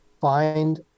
find